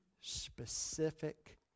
specific